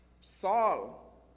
Saul